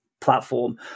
platform